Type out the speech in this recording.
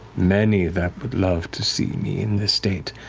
many that would love to see me in this state.